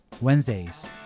Wednesdays